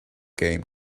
game